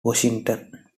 washington